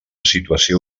situació